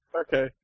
Okay